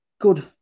good